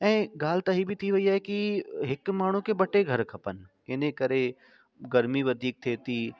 ऐं ॻाल्हि त इहे बि थी वई आहे की हिक माण्हूअ खे ॿ टे घर खपनि इन करे गर्मी वधीक थिए थी